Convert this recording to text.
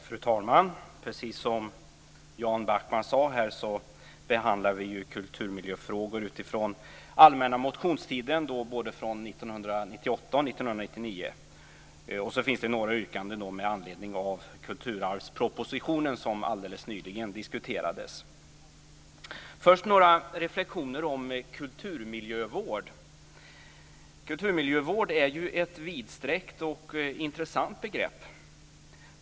Fru talman! Precis som Jan Backman sade behandlar vi kulturmiljöfrågor utifrån allmänna motionstiden både 1998 och 1999. Det finns också några yrkanden med anledning av kulturarvspropositionen, som diskuterades alldeles nyligen. Först vill jag göra några reflexioner om kulturmiljövård. Kulturmiljövård är ett vidsträckt och intressant begrepp.